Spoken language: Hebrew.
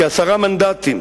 כעשרה מנדטים